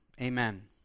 Amen